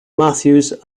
matthews